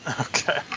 Okay